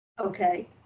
okay